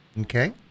Okay